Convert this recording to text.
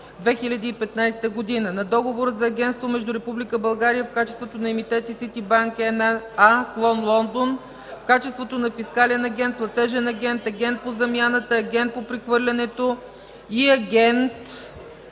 Агент по прехвърлянето и Агент